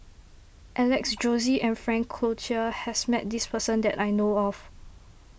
Alex Josey and Frank Cloutier has met this person that I know of